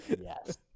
yes